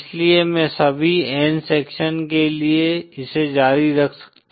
इसलिए मैं सभी n सेक्शन के लिए इसे जारी रख सकता हूं